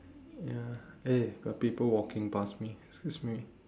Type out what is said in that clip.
ya eh got people walking pass me excuse me